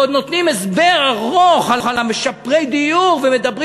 ועוד נותנים הסבר ארוך על משפרי הדיור ומדברים